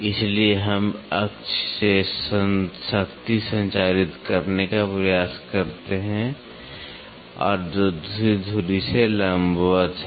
इसलिए हम एक अक्ष से शक्ति संचारित करने का प्रयास करते हैं और जो दूसरी धुरी के लंबवत है